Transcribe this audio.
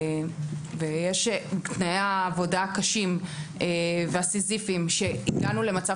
ותנאי העבודה הקשים והסיזיפיים שהגענו למצב